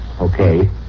Okay